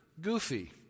Goofy